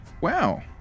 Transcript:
Wow